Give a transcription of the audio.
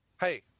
Hey